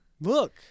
look